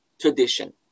tradition